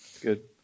good